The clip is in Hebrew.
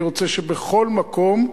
אני רוצה שבכל מקום,